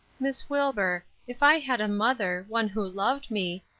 miss wilbur, if i had a mother, one who loved me,